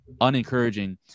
unencouraging